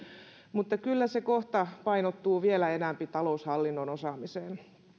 mutta kyllä se kohta painottuu vielä enempi taloushallinnon osaamiseen